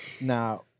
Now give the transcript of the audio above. Now